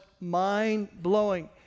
mind-blowing